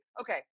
okay